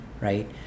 right